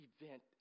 event